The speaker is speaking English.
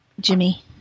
Jimmy